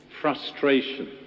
frustration